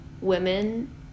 women